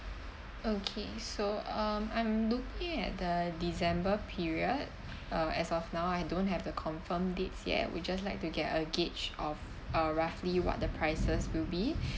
okay so um I'm looking at the december period uh as of now I don't have the confirmed dates yet we just like to get a gauge of uh roughly what the prices will be